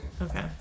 Okay